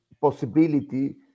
possibility